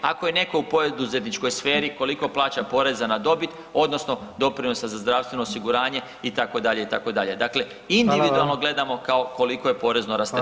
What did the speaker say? Ako je neko u poduzetničkoj sferi koliko plaća poreza na dobit odnosno doprinosa za zdravstveno osiguranje itd., itd. dakle individualno gledamo koliko je porezno rasterećen.